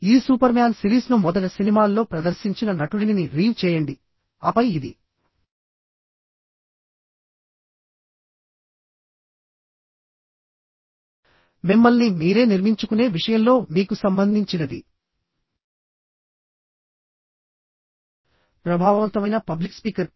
ఈ సూపర్మ్యాన్ సిరీస్ను మొదట సినిమాల్లో ప్రదర్శించిన నటుడిని రీవ్ చేయండిఆపై ఇది మిమ్మల్ని మీరే నిర్మించుకునే విషయంలో మీకు సంబంధించినది ప్రభావవంతమైన పబ్లిక్ స్పీకర్